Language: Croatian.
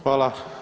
Hvala.